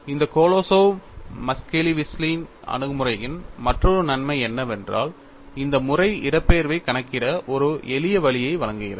இந்த Kolosov Muskhelishvili அணுகுமுறையின் மற்றொரு நன்மை என்னவென்றால் இந்த முறை இடப்பெயர்வைக் கணக்கிட ஒரு எளிய வழியை வழங்குகிறது